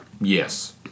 Yes